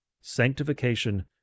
Sanctification